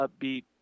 upbeat